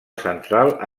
central